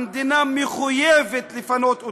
המדינה מחויבת לפנות אותם,